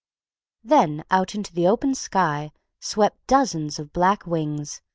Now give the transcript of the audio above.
then out into the open sky swept dozens of black wings,